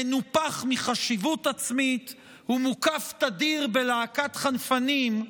מנופח מחשיבות עצמית ומוקף תדיר בלהקת חנפנים,